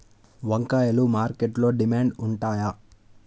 వంకాయలు మార్కెట్లో డిమాండ్ ఉంటాయా?